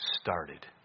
started